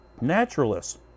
naturalists